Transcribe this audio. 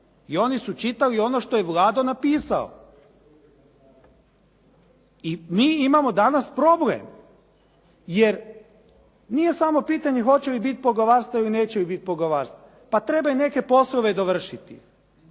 I oni su čitali ono što je Vlado napisao. I mi imamo danas problem, jer nije samo pitanje hoće li biti poglavarstvo ili neće biti poglavarstvo. Pa treba i neke poslove dovršiti.